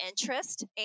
interest